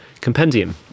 Compendium